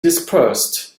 dispersed